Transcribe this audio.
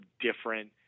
different